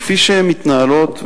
כפי שמתנהלות,